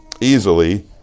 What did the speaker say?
easily